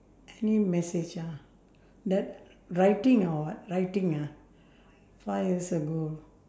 any message ah that writing or what writing ah five years ago